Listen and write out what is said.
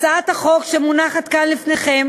את הצעת החוק שמונחת כאן לפניכם